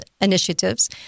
initiatives